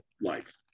life